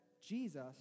Jesus